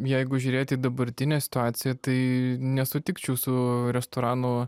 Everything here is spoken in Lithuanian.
jeigu žiūrėt į dabartinę situaciją tai nesutikčiau su restoranų